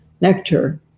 nectar